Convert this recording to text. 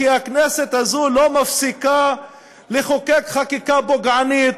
כי הכנסת הזאת לא מפסיקה לחוקק חקיקה פוגענית,